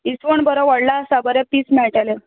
इसवण बरो व्हडलो आसा बरें पिस मेळटलें